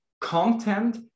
Content